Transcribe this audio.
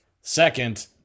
Second